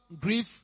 grief